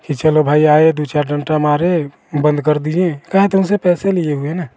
कि चलो भाई आए दुई चार डंडा मारे बंद कर दिए काहे तो उनसे पैसे लिए हुए हैं ना